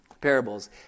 parables